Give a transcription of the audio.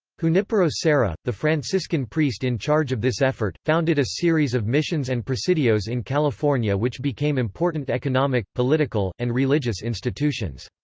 junipero serra, the franciscan priest in charge of this effort, founded a series of missions and presidios in california which became important economic, political, and religious institutions.